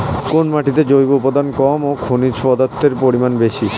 কোন মাটিতে জৈব উপাদান কম ও খনিজ পদার্থের পরিমাণ বেশি?